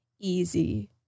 easy